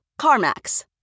CarMax